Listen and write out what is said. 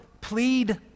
plead